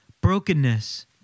brokenness